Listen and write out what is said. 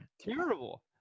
terrible